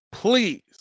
Please